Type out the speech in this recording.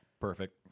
Perfect